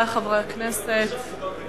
לא נתנו לי לדבר שם, דיברתי פה.